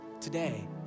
today